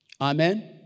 Amen